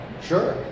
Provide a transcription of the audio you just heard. Sure